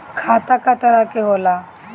खाता क तरह के होला?